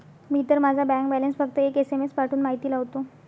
मी तर माझा bank balance फक्त एक एस.एम.एस पाठवून माहिती लावतो